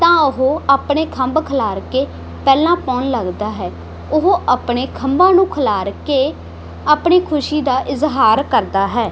ਤਾਂ ਉਹ ਆਪਣੇ ਖੰਭ ਖਿਲਾਰ ਕੇ ਪੈਲਾਂ ਪਾਉਣ ਲੱਗਦਾ ਹੈ ਉਹ ਆਪਣੇ ਖੰਭਾਂ ਨੂੰ ਖਿਲਾਰ ਕੇ ਆਪਣੀ ਖੁਸ਼ੀ ਦਾ ਇਜ਼ਹਾਰ ਕਰਦਾ ਹੈ